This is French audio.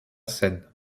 scène